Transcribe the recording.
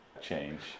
change